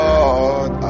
Lord